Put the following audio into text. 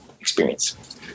experience